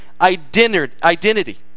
identity